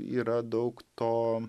yra daug to